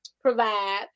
provide